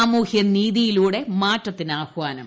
സാമൂഹൃനീതിയിലൂടെ മാറ്റത്തിന് ആഹ്വാനം